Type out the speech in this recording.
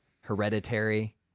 Hereditary